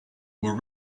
were